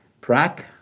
Prague